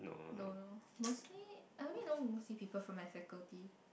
no no mostly I only know mostly people from my faculty